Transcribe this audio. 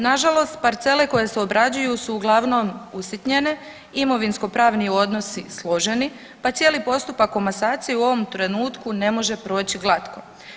Nažalost, parcele koje se obrađuju su uglavnom usitnjene, imovinskopravni odnosi složeni pa cijeli postupak komasacije u ovom trenutku ne može proći glatko.